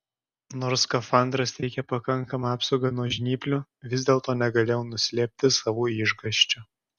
nors skafandras teikė pakankamą apsaugą nuo žnyplių vis dėlto negalėjau nuslėpti savo išgąsčio